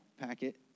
packet